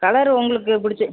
colour உங்களுக்கு பிடிச்ச